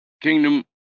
kingdom